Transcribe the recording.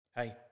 Hey